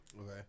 Okay